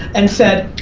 and said,